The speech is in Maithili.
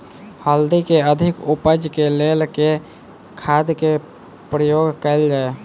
हल्दी केँ अधिक उपज केँ लेल केँ खाद केँ प्रयोग कैल जाय?